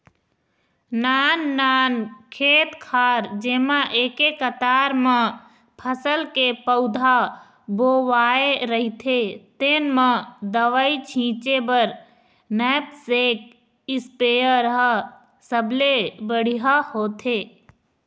नाननान खेत खार जेमा एके कतार म फसल के पउधा बोवाए रहिथे तेन म दवई छिंचे बर नैपसेक इस्पेयर ह सबले बड़िहा होथे